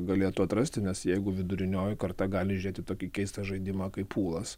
galėtų atrasti nes jeigu vidurinioji karta gali žiūrėti tokį keistą žaidimą kaip pulas